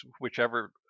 whichever